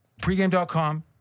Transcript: Pregame.com